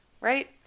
right